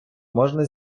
можна